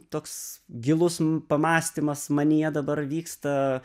toks gilus pamąstymas manyje dabar vyksta